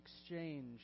exchange